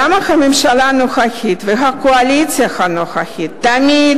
למה הממשלה הנוכחית והקואליציה הנוכחית תמיד